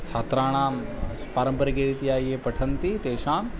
छात्राणां पारम्परिकरीत्या ये पठन्ति तेषाम्